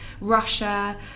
Russia